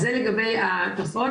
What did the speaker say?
זה לגבי התופעות,